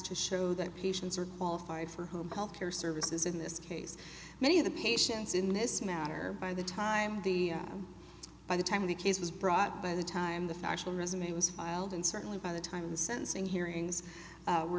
to show that patients are qualified for home health care services in this case many of the patients in this matter by the time of the by the time of the case was brought by the time the factual resume was filed and certainly by the time of the sentencing hearings were